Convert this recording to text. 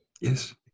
Yes